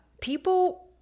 People